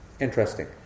Interesting